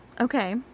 Okay